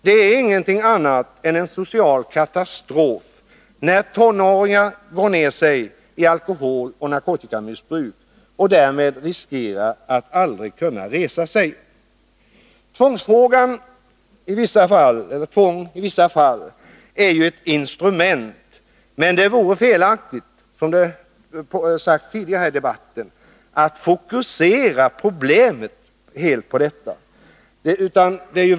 Det är ingenting annat än en social katastrof när tonåringar går ner sig i alkoholoch narkotikamissbruk och därmed riskerar att aldrig kunna resa sig. Tvång är i vissa fall ett instrument, men det vore — som framhållits tidigare i denna debatt — felaktigt att fokusera problemställningen helt på det.